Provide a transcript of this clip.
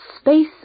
space